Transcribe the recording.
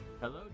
Hello